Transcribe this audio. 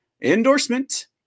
endorsement